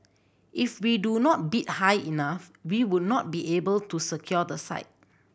if we do not bid high enough we would not be able to secure the site